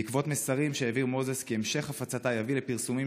בעקבות מסרים שהעביר מוזס כי המשך הפצתה יביא לפרסומים